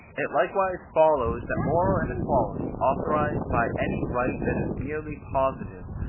it likewise follows that moral inequality, authorised by any right that is merely positive,